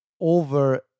over